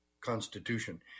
constitution